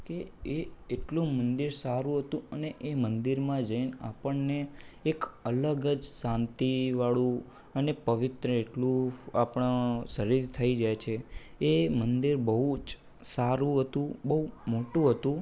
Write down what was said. કે એ એટલું મંદિર સારું હતું અને એ મંદિરમાં જઈને આપણને એક અલગ જ શાંતિવાળું અને પવિત્ર એટલું આપણા શરીર થઈ જાય છે એ મંદિર બહુ જ સારું હતું બહુ મોટું હતું